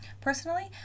personally